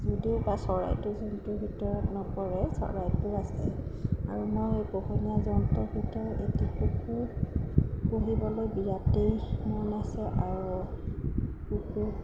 যদিও বা চৰাইটো জন্তুৰ ভিতৰত নপৰে চৰাইটো আছেই আৰু মই পোহনীয়া জন্তুৰ ভিতৰত এটি কুকুৰ পোহিবলৈ বিৰাটেই মন আছে আৰু কুকুৰ